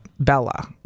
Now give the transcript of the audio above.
Bella